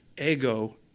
Ego